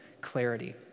clarity